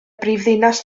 brifddinas